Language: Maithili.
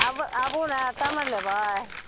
आब आबू ने तब ने लेबै